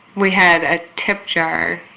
we had a tip jar,